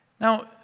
Now